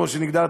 כפי שהגדרת,